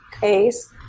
case